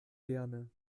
gerne